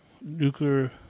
Nuclear